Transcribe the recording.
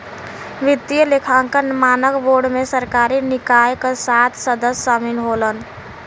वित्तीय लेखांकन मानक बोर्ड में सरकारी निकाय क सात सदस्य शामिल होलन